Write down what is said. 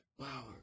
power